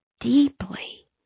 deeply